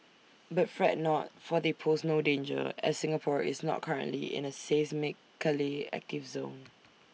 but fret not for they pose no danger as Singapore is not currently in A seismically active zone